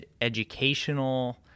educational